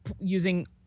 using